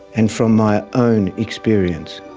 and from my own experience.